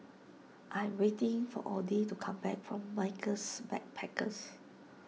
I am waiting for Odie to come back from Michaels Backpackers